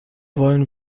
wollen